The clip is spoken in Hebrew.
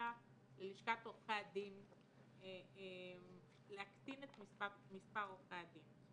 אג'נדה ללשכת עורכי הדין להקטין את מספר עורכי הדין.